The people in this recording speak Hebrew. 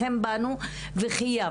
לכן באנו וחייבנו.